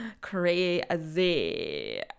crazy